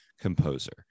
composer